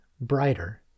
brighter